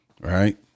Right